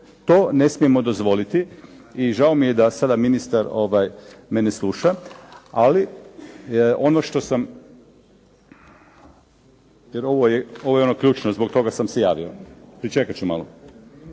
To ne smijemo dozvoliti i žao mi je da sada ministar me ne sluša. Ali ono što sam, jer ovo je ono ključno. Zbog toga sam se javio, pričekat ću malo.